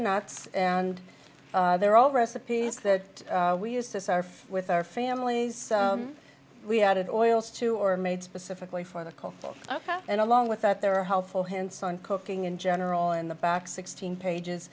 nuts and they're all recipes that we used to surf with our families we added oils to or made specifically for the cold and along with that there are helpful hints on cooking in general in the back sixteen pages